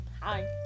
hi